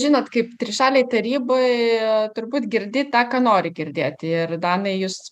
žinot kaip trišalei tarybai turbūt girdi tą ką nori girdėti ir danai jus